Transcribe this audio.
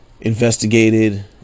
investigated